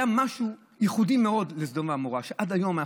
היה משהו ייחודי מאוד לסדום ועמורה שעד היום,